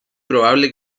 probable